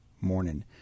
morning